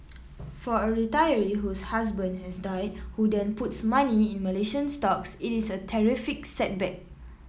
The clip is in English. for a retiree whose husband has died who then puts money in Malaysian stocks it is a terrific setback